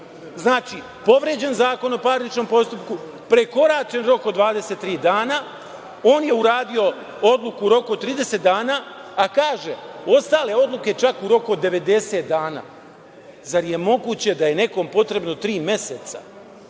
povređen je Zakon o parničnom postupku, prekoračen rok od 23 dana, on je uradio odluku u roku od 30 dana, a kaže – ostale odluke čak u roku od 90 dana. Zar je moguće da je nekom potrebno tri meseca